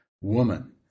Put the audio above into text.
Woman